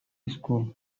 school